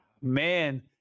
man